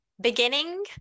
beginning